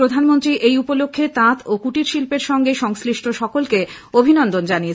প্রধানমন্ত্রী এই উপলক্ষে তাঁত ও কুটীর শিল্পের সঙ্গে সংশ্লিষ্ট সকলকে অভিনন্দন জানিয়েছেন